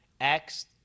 Acts